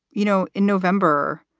you know, in november,